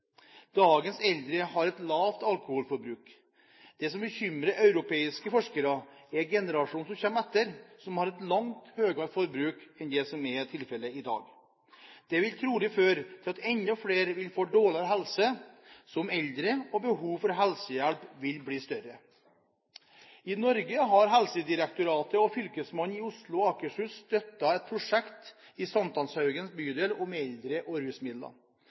Dagens eldre har et lavt alkoholforbruk. Det som bekymrer europeiske forskere, er generasjonen som kommer etter, som har et langt høyere forbruk enn det som er tilfellet i dag. Det vil trolig føre til at enda flere vil få dårligere helse som eldre, og behovet for helsehjelp vil bli større. I Norge har Helsedirektoratet og Fylkesmannen i Oslo og Akershus støttet et prosjekt i St. Hanshaugen bydel om eldre og rusmidler.